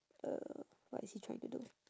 uh what is he trying to do